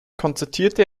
konzertierte